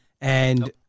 and-